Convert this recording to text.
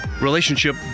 relationship